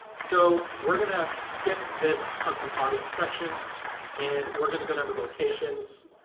so we're gonna skip this custom audience section and we're gonna go down to locations,